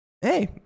Hey